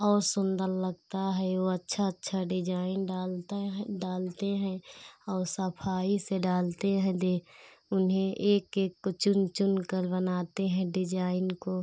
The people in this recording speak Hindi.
और सुन्दर लगता है वह अच्छा अच्छा डिज़ाइन डालते हैं डालते हैं और सफ़ाई से डालते हैं दे उन्हें एक एक को चुन चुनकर बनाते हैं डिज़ाइन को